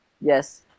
Yes